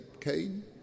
Cain